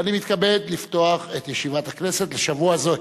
ואני מתכבד לפתוח את ישיבת הכנסת לשבוע זה.